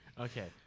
Okay